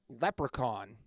Leprechaun